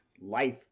life